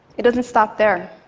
it doesn't stop there.